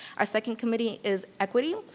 our second committee is equity.